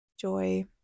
joy